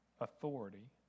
authority